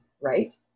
Right